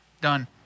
Done